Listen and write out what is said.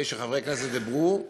אחרי שחברי כנסת דיברו,